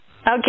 okay